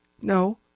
No